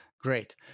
Great